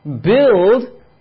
build